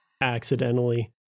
accidentally